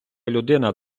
людина